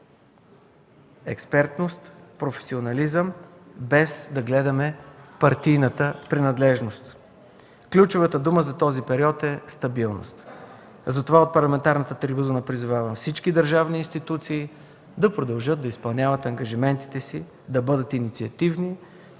експертност, професионализъм, без да гледаме партийната принадлежност. Ключовата дума за този период е стабилност. Затова от парламентарната трибуна призовавам всички държавни институции да продължат да изпълняват ангажиментите си, да бъдат инициативни,